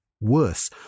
Worse